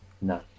No